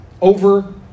over